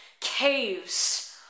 caves